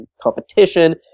competition